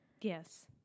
yes